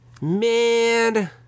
Man